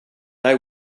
they